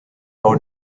how